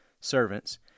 servants